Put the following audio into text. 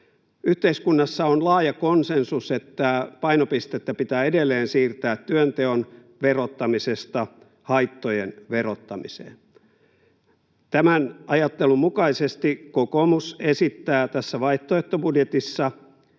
Yhteiskunnassa on laaja konsensus, että painopistettä pitää edelleen siirtää työnteon verottamisesta haittojen verottamiseen. Tämän ajattelun mukaisesti kokoomus esittää tässä vaihtoehtobudjetissa